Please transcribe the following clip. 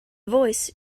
voice